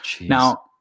Now